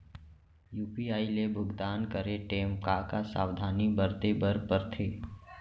UPI ले भुगतान करे टेम का का सावधानी बरते बर परथे